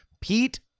Pete